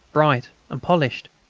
bright, and polished.